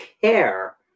care